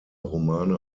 romane